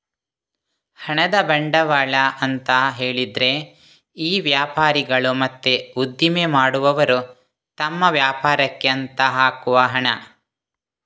ಹಣದ ಬಂಡವಾಳ ಅಂತ ಹೇಳಿದ್ರೆ ಈ ವ್ಯಾಪಾರಿಗಳು ಮತ್ತೆ ಉದ್ದಿಮೆ ಮಾಡುವವರು ತಮ್ಮ ವ್ಯಾಪಾರಕ್ಕೆ ಅಂತ ಹಾಕುವ ಹಣ